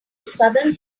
southern